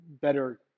better